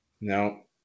No